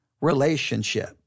relationship